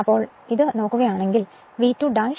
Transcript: അതിനാൽ ഇത് നോക്കിയാൽ ഇത് V2 I2 cos ∅2 ആണ്